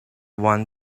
one